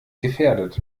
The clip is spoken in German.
gefährdet